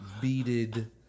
beaded